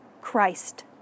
Christ